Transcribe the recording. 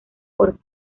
por